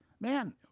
Man